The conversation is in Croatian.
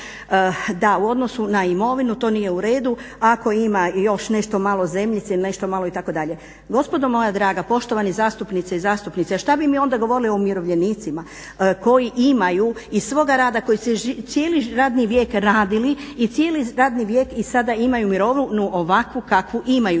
da u odnosu na imovinu to nije u redu, ako ima još nešto malo zemljice ili nešto malo itd., gospodo moja draga, poštovane zastupnice i zastupnici, pa šta bi mi onda govorili o umirovljenicima koji imaju iz svoga rada, koji su cijeli radni vijek radili i cijeli radni vijek i sada imaju mirovinu ovakvu kakvu imaju